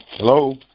Hello